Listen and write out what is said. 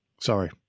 Sorry